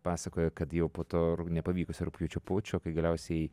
pasakojo kad jau po to nepavykusio rugpjūčio pučo kai galiausiai